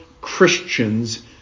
Christians